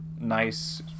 nice